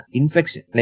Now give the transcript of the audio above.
infection